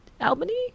Albany